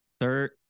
third